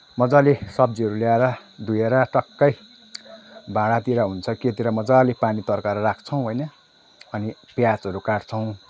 मजाले सब्जीहरू ल्याएर धोएर टक्कै भाडातिर हुन्छ कि केतिर मजाले पानी तर्काएर राख्छौँ होइन अनि प्याजहरू काट्छौँ